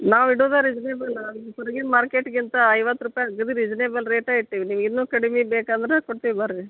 ನಾವು ಇಡುದೇ ರೀಸನೇಬಲ್ ಹೊರಗಿನ ಮಾರ್ಕೆಟ್ಗಿಂತ ಐವತ್ತು ರೂಪಾಯಿ ಅಗದಿ ರೀಸನೆಬಲ್ ರೇಟೇ ಇಟ್ಟೇವೆ ನೀವು ಇನ್ನೂ ಕಡ್ಮೆ ಬೇಕಂದ್ರೆ ಕೊಡ್ತಿವಿ ಬನ್ರಿ